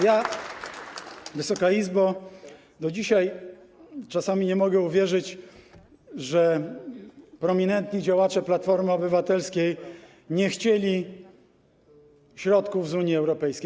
Ja, Wysoka Izbo, do dzisiaj czasami nie mogę uwierzyć, że prominentni działacze Platformy Obywatelskiej nie chcieli środków z Unii Europejskiej.